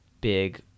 big